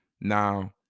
now